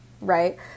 right